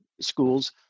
schools